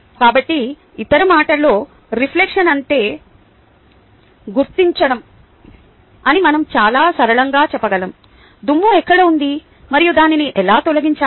కాబట్టి ఇతర మాటలలో రిఫ్లెక్షన్ అంటే గుర్తించడం అని మనం చాలా సరళంగా చెప్పగలం దుమ్ము ఎక్కడ ఉంది మరియు దానిని ఎలా తొలగించాలి